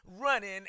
running